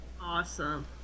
awesome